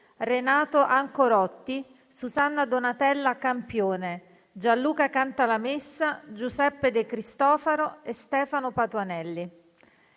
Renato Ancorotti, Susanna Donatella Campione, Gianluca Cantalamessa, Giuseppe De Cristofaro e Stefano Patuanelli.